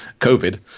COVID